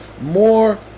more